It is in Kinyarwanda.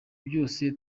byose